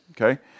Okay